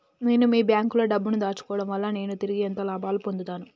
నేను మీ బ్యాంకులో డబ్బు ను దాచుకోవటం వల్ల నేను తిరిగి ఎంత లాభాలు పొందుతాను?